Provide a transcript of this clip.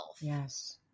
Yes